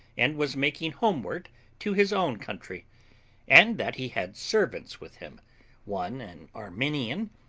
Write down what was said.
and was making homeward to his own country and that he had servants with him one an armenian,